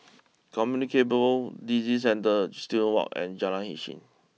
Communicable Disease Centre Student walk and Jalan Isnin